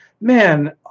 man